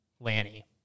Lanny